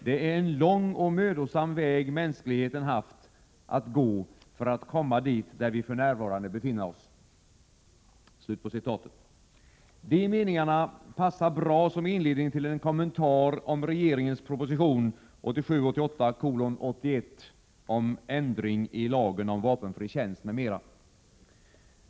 Det är en lång och mödosam väg mänskligheten haft att gå för att komma dit, där vi för närvarande befinna OSS.” De meningarna passar bra som inledning till en kommentar om regeringens proposition 1987/88:81 om ändring i lagen om vapenfri tjänst, m.m.